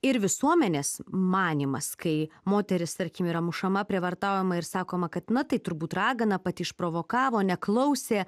ir visuomenės manymas kai moteris tarkim yra mušama prievartaujama ir sakoma kad na tai turbūt ragana pati išprovokavo neklausė